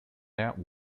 that